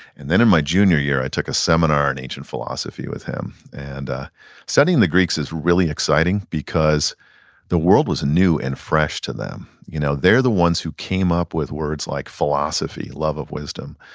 and then in my junior year i took a seminar in ancient philosophy with him. and ah studying the greeks is really exciting because the world was new and fresh to them. you know they're the ones who came up with words like philosophy, love of wisdom,